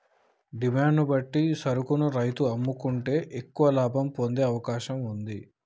demand ను బట్టి సరుకును రైతు అమ్ముకుంటే ఎక్కువ లాభం పొందే అవకాశం వుంది